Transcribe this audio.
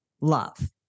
love